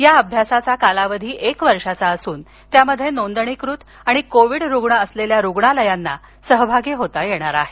या अभ्यासाचा कालावधी एक वर्ष असून त्यामध्ये नोंदणीकृत आणि कोविड रुग्ण असलेल्या रुग्णालयांना सहभागी होता येणार आहे